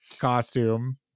costume